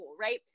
Right